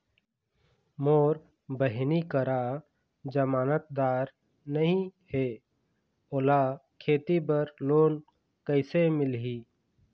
मोर बहिनी करा जमानतदार नई हे, ओला खेती बर लोन कइसे मिलही?